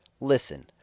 listen